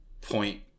point